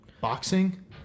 boxing